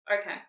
Okay